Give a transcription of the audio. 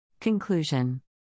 Conclusion